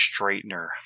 straightener